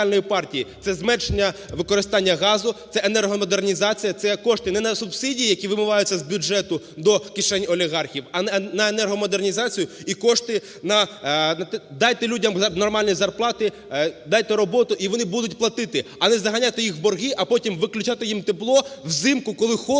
це зменшення використання газу, цеенергомодернізація, це кошти не на субсидії, які вимиваються з бюджету до кишень олігархів, а на енергомодернізацію, і кошти… Дайте людям нормальні зарплати, дайте роботу і вони будуть платити. А не заганяти їх у борги, а потім виключати їм тепло взимку, коли холодно,